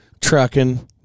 trucking